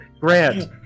Grant